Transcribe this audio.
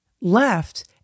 left